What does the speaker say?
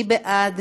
מי בעד?